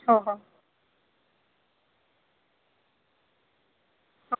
हो हो हो